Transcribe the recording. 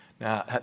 Now